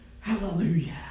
Hallelujah